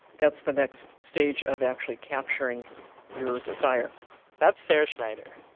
that's the next stage of actually capturing your desire that's sarah schneider.